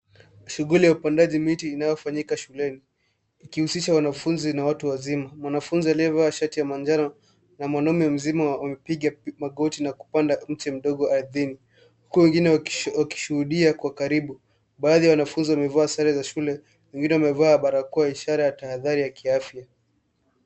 Shughuli ya upandaji miti inayofanyika shuleni ikihusisha wanafunzi na watu wazima. Mwanafunzi aliyevaa shati ya manjano na mwanamume mzima wamepiga magoti na kupanda mti mdogo ardhini huku wengine wakishuhudia kwa karibu. Baadhi ya wanafunzi wamevaa sare za shule. Wengine wamevaa barakoa ishara ya tahadhari ya kiafya.